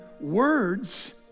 words